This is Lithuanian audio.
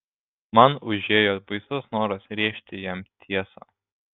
man užėjo baisus noras rėžti jam tiesą